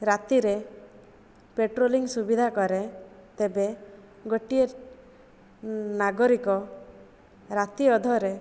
ରାତିରେ ପେଟ୍ରୋଲିଙ୍ଗ ସୁବିଧା କରେ ତେବେ ଗୋଟିଏ ନାଗରିକ ରାତି ଅଧରେ